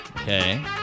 Okay